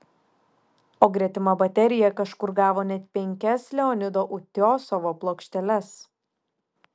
o gretima baterija kažkur gavo net penkias leonido utiosovo plokšteles